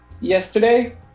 yesterday